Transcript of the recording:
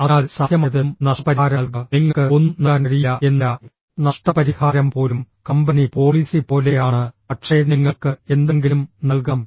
അതിനാൽ സാധ്യമായതെന്തും നഷ്ടപരിഹാരം നൽകുക നിങ്ങൾക്ക് ഒന്നും നൽകാൻ കഴിയില്ല എന്നല്ല നഷ്ടപരിഹാരം പോലും കമ്പനി പോളിസി പോലെയാണ് പക്ഷേ നിങ്ങൾക്ക് എന്തെങ്കിലും നൽകാം